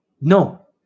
no